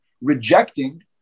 rejecting